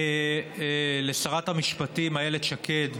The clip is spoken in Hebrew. לשרת המשפטים איילת שקד.